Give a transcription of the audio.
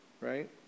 right